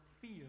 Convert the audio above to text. fear